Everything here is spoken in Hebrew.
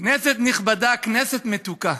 כנסת נכבדה, כנסת מתוקה,